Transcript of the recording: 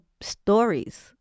stories